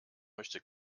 möchte